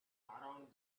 around